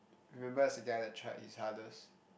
remembered as the guy that tried his hardest